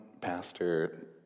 pastor